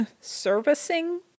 servicing